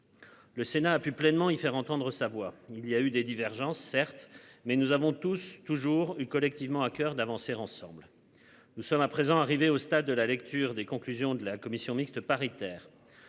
Le Sénat a pu pleinement y faire entendre sa voix. Il y a eu des divergences, certes, mais nous avons tous toujours eu collectivement à coeur d'avancer ensemble. Nous sommes à présent arriver au stade de la lecture des conclusions de la commission mixte paritaire.